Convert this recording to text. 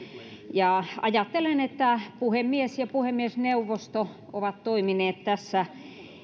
ajattelen että puhemies ja puhemiesneuvosto ovat toimineet tässä